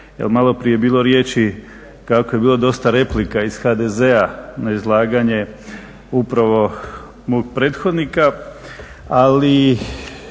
maloprije je bilo riječi kako je bilo dosta replika iz HDZ-a na izlaganje upravo mog prethodnika, ali